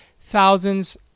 thousands